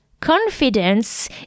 Confidence